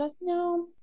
No